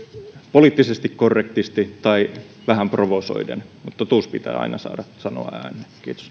poliittisesti korrektisti tai vähän provosoiden mutta totuus pitää aina saada sanoa ääneen kiitos